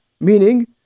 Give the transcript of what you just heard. Meaning